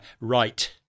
right